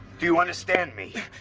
do you understand me?